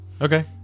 Okay